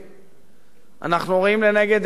אנחנו רואים לנגד עינינו בתים,